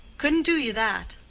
couldn't do you that.